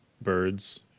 birds